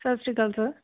ਸਤਿ ਸ਼੍ਰੀ ਅਕਾਲ ਸਰ